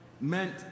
meant